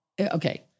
Okay